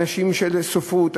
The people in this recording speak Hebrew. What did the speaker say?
אנשים של ספרות,